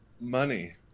money